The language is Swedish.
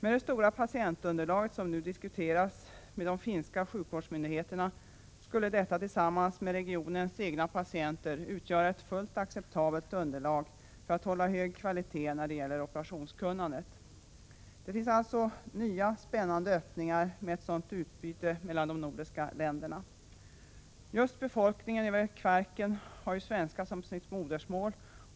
Det stora patientunderlag som nu diskuteras med de finska sjukvårdsmyndigheterna skulle tillsammans med regionens egna patienter utgöra ett fullt acceptabelt underlag för att hålla hög kvalitet när det gäller operationskunnandet. Det finns alltså nya spännande öppningar med ett sådant utbyte mellan de nordiska länderna. Just befolkningen på andra sidan Kvarken har ju svenska som sitt modersmål.